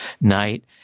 night